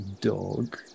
dog